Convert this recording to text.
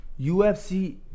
UFC